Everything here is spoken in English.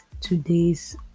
today's